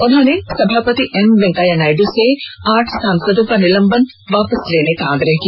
उन्होंने सभापति एम वेंकैया नायडू से आठ सांसदों का निलंबन वापस लेने का आग्रह किया